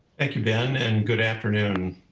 thank you ben, and good afternoon,